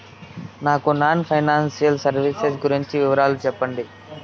నాకు non financial services గురించి వివరాలు సెప్పండి?